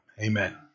Amen